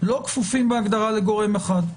לא כפופים בהגדרה לגורם אחד.